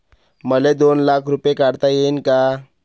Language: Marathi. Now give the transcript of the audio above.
मले दोन लाख रूपे काढता येईन काय?